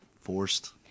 forced